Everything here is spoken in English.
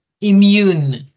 immune